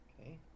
Okay